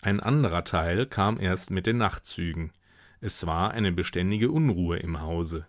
ein anderer teil kam erst mit den nachtzügen es war eine beständige unruhe im hause